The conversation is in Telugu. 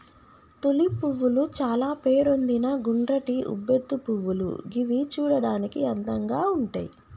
తులిప్ పువ్వులు చాల పేరొందిన గుండ్రటి ఉబ్బెత్తు పువ్వులు గివి చూడడానికి అందంగా ఉంటయ్